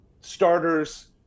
starters